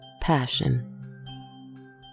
passion